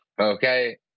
okay